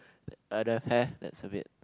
I don't have hair that's a bit